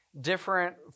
different